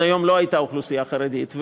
היום לא הייתה בהן אוכלוסייה חרדית.